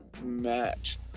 match